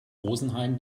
rosenheim